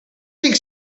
think